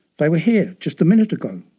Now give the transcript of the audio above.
they were here just a minute ago.